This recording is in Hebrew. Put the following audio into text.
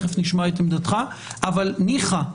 אבל ניחא,